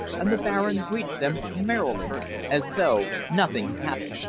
and the baron greeted them merrily as though nothing had happened.